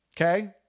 Okay